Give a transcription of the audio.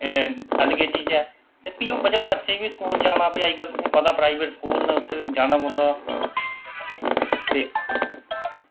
LKG च ऐ भी ओह् बच्चे ई स्कूल जाना कोई आई जंदा तुसें ई पता प्राईवेट स्कूल न उत्थै जाना पौंदा ते